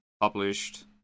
published